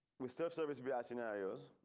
with self service by ah scenarios,